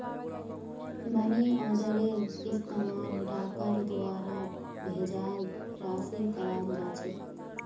money आर्डरेर इस्तमाल डाकर द्वारा भेजाल राशिर कराल जा छेक